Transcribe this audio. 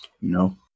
No